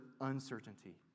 uncertainty